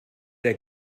der